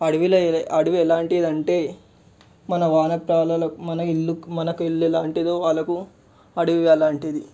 అడవిలో ఇదే అడవి ఎలాంటిదంటే మన వన్య ప్రాణులను మన ఇల్లు మనకు ఇల్లెలాంటిదో వాళ్ళకు అడవి అలాంటిది